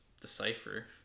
decipher